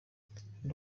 ndi